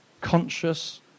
conscious